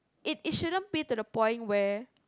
it it shouldn't be to the point where